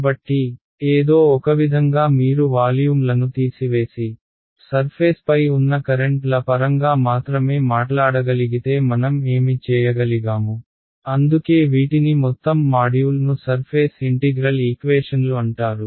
కాబట్టి ఏదో ఒకవిధంగా మీరు వాల్యూమ్లను తీసివేసి సర్ఫేస్పై ఉన్న కరెంట్ల పరంగా మాత్రమే మాట్లాడగలిగితే మనం ఏమి చేయగలిగాము అందుకే వీటిని మొత్తం మాడ్యూల్ ను సర్ఫేస్ ఇంటిగ్రల్ ఈక్వేషన్లు అంటారు